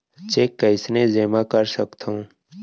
Cheque कईसने जेमा कर सकथो?